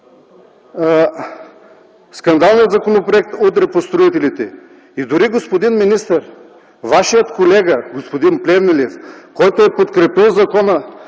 „Скандалният законопроект удря по строителите”. Дори, господин министър, Вашият колега – господин Плевнелиев, който е подкрепил закона